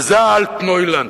וזה ה"אלטנוילנד".